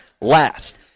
last